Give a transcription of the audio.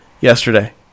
yesterday